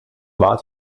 war